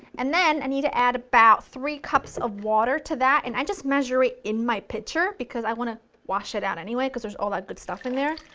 and then i need to add about three cups of water to that and i just measure it in my pitcher because i want to wash it out anyway because there's all that good stuff in there.